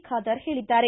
ಖಾದರ್ ಹೇಳಿದ್ದಾರೆ